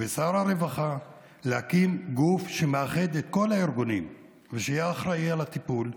ושר הרווחה להקים גוף שמאחד את כל הארגונים ושיהיה אחראי לטיפול,